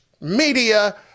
media